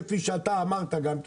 כפי שגם אתה אמרת,